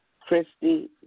Christy